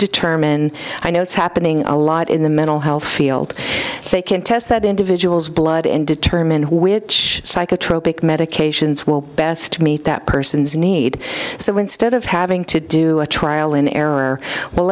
determine i know it's happening a lot in the mental health field they can test that individual's blood and determine which psychotropic medications will best meet that person's need so instead of having to do a trial and error well